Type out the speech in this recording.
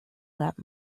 that